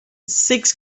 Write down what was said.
six